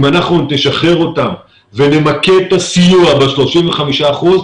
אם אנחנו נשחרר אותם ונמקד את הסיוע ב-35 אחוזים,